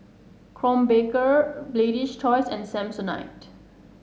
Krombacher Lady's Choice and Samsonite